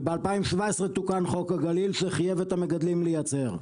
וב-2017 תוקן חוק הגליל שחייב את המגדלים לייצר.